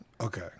Okay